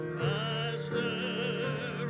master